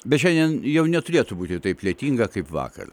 bet šiandien jau neturėtų būti taip lietinga kaip vakar